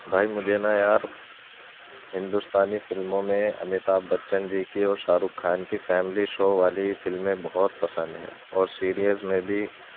بھائی مجھے نہ یار ہندوستانی فلموں میں امیتابھ بچن جی کی اور شاہ رخ خان کی فیملی شو والی فلمیں بہت پسند ہیں اور سیریز میں بھی